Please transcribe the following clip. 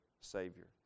Savior